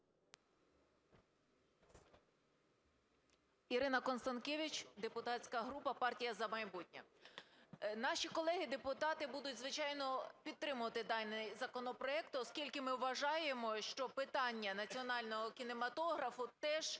Ірина Констанкевич, депутатська група "Партія "За майбутнє". Наші колеги депутати будуть, звичайно, підтримувати даний законопроект, оскільки ми вважаємо, що питання національного кінематографу теж є важливим